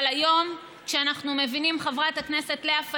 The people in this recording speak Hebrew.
אבל היום, כשאנחנו מבינים, חברת הכנסת לאה פדידה,